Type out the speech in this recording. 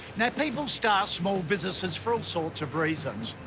now, people start small businesses for all sorts of reasons,